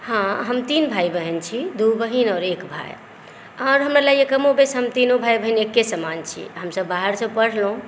हँ हम तीन भाइ बहिन छी दू बहिन आओर एक भाइ आर हमरा लागैया कमो बेस हम तीनू भाइ बहिन एके समान छी हमसब बाहरसँ पढ़लहुॅं